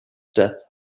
death